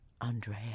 Andrea